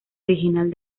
original